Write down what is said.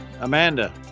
Amanda